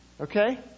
okay